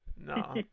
No